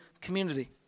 community